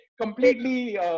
completely